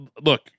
look